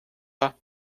pas